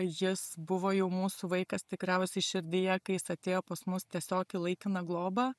jis buvo jau mūsų vaikas tikriausiai širdyje kai jis atėjo pas mus tiesiog į laikiną globą